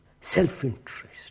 self-interest